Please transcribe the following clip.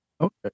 Okay